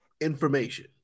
information